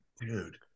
dude